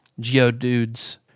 Geodudes